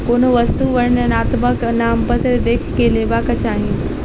कोनो वस्तु वर्णनात्मक नामपत्र देख के लेबाक चाही